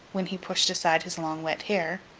when he pushed aside his long wet hair,